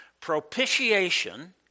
propitiation